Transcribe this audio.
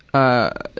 ah,